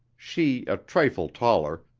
she a trifle taller,